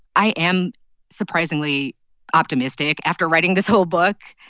i am surprisingly optimistic after writing this whole book,